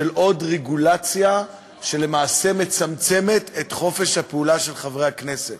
עוד רגולציה שמצמצמת את חופש הפעולה של חברי הכנסת.